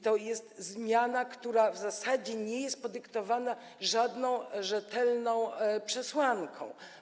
To jest zmiana, która w zasadzie nie jest podyktowana żadną rzetelną przesłanką.